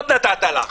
נתת לה.